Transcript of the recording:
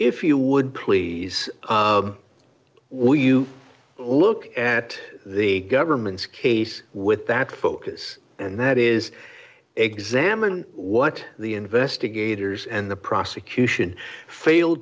if you would please we you look at the government's case with that focus and that is examine what the investigators and the prosecution failed